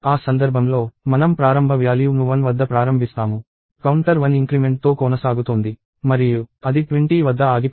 ఆ సందర్భంలో మనం ప్రారంభ వ్యాల్యూ ను 1 వద్ద ప్రారంభిస్తాము కౌంటర్ 1 ఇంక్రిమెంట్తో కోనసాగుతోంది మరియు అది 20 వద్ద ఆగిపోతుంది